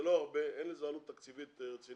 זה לא הרבה, אין לזה עלות תקציבית רצינית.